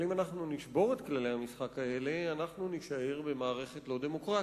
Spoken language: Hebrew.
אבל אם אנחנו נשבור את כללי המשחק האלה אנחנו נישאר במערכת לא דמוקרטית.